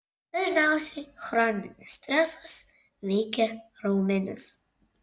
dažniausiai chroninis stresas veikia raumenis